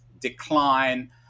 decline